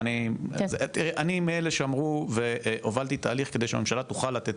אני מאלה שאמרו והובלתי תהליך כדי שהממשלה תוכל לתת